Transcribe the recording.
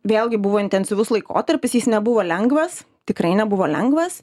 vėlgi buvo intensyvus laikotarpis jis nebuvo lengvas tikrai nebuvo lengvas